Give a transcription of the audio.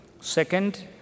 Second